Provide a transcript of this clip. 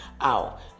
out